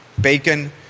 bacon